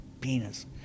penis